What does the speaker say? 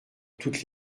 toutes